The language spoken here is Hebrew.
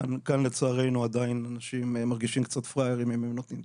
כאן לצערנו עדיין אנשים מרגישים קצת פראיירים אם הם נותנים צדקה.